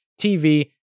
TV